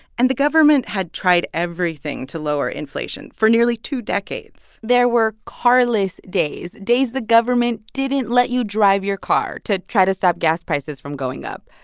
and the government had tried everything to lower inflation for nearly two decades there were carless days days the government didn't let you drive your car to try to stop gas prices from going up.